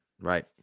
Right